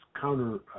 counter